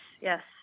yes